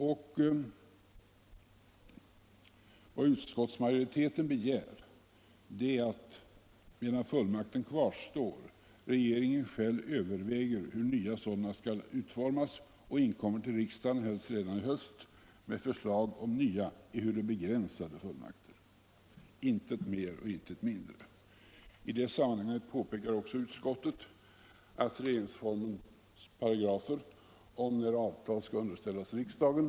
Vad utskottsmajoriteten begär är att medan fullmakterna kvarstår regeringen själv överväger hur nya sådana skall utformas och inkommer till riksdagen, helst redan i höst, med förslag till nya ehuru begränsade fullmakter. Intet mer och intet mindre! I detta sammanhang påpekar också utskottet att i regeringsformen stadgas att avtal i frågor av större vikt skall underställas riksdagen.